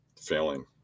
Failing